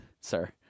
sir